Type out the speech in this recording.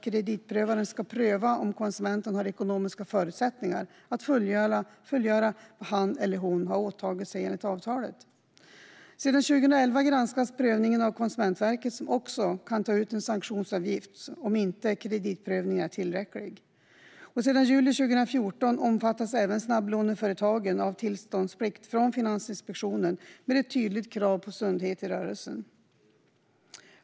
Kreditprövaren ska pröva om konsumenten har ekonomiska förutsättningar att fullgöra vad han eller hon har åtagit sig enligt avtalet. Sedan 2011 granskas prövningen av Konsumentverket, som också kan ta ut en sanktionsavgift om inte kreditprövningen är tillräcklig. Sedan juli 2014 omfattas snabblåneföretagen av tillståndsplikt från Finansinspektionen med ett tydligt krav på sundhet i rörelsen.